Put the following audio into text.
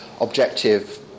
objective